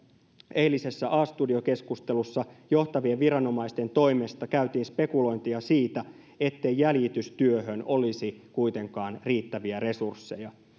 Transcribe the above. eilisessä a studio keskustelussa johtavien viranomaisten toimesta käytiin spekulointia siitä ettei jäljitystyöhön olisi kuitenkaan riittäviä resursseja